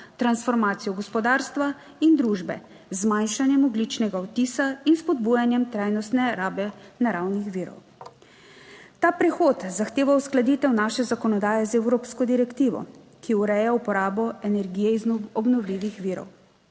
transformacijo gospodarstva in družbe z zmanjšanjem ogljičnega odtisa in spodbujanjem trajnostne rabe naravnih virov. Ta prehod zahteva uskladitev naše zakonodaje z evropsko direktivo, ki ureja uporabo energije iz obnovljivih virov.